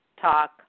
talk